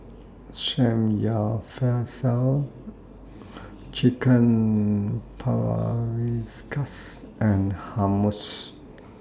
Samgyeopsal Chicken Paprikas and Hummus